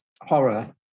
horror